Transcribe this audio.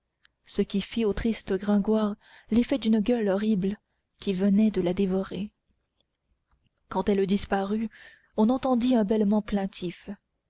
ce qui fit au triste gringoire l'effet d'une gueule horrible qui venait de la dévorer quand elle disparut on entendit un